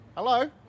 Hello